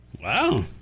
Wow